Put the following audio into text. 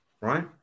right